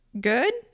good